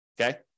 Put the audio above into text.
okay